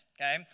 Okay